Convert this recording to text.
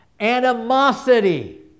animosity